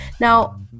Now